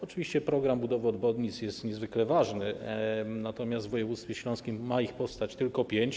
Oczywiście program budowy obwodnic jest niezwykle ważny, natomiast w województwie śląskim ma ich powstać tylko pięć.